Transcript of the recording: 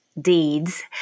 deeds